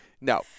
no